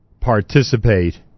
participate